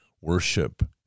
worship